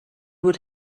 would